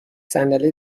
صندلی